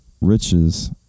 riches